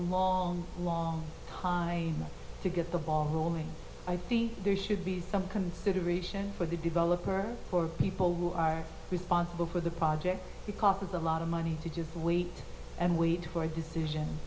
long long high to get the ball rolling i think there should be some consideration for the developer for people who are responsible for the project because there's a lot of money to just wait and wait for a decision